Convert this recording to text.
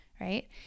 Right